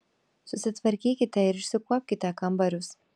susitvarkykite ir išsikuopkite kambarius